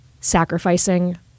sacrificing